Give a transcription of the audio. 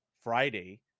Friday